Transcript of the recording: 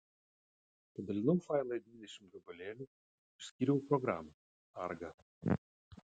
padalinau failą į dvidešimt gabalėlių išskyriau programą sargą